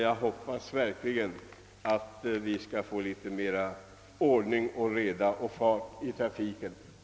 Jag hoppas verkligen att vi skall få litet mera ordning, reda och fart i trafiken.